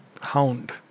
Hound